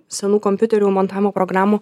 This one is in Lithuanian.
senų kompiuterių montavimo programų